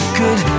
good